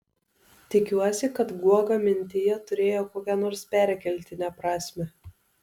tikiuosi kad guoga mintyje turėjo kokią nors perkeltinę prasmę